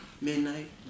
midnight